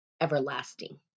everlasting